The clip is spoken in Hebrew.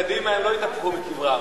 כשעברתם לקדימה הם לא התהפכו בקברם.